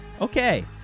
Okay